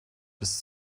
bis